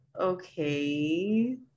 okay